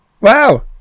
wow